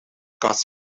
kast